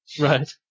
Right